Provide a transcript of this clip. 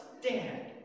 stand